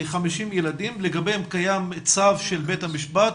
כ-50 ילדים לגביהם קיים צו של בית המשפט,